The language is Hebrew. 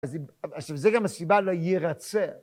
אז זה גם הסיבה ליירצה.